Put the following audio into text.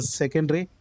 secondary